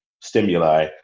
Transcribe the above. stimuli